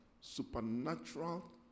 supernatural